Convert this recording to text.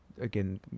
again